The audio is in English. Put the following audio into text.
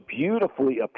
beautifully